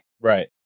Right